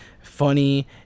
funny